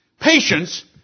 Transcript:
Patience